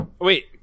Wait